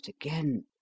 again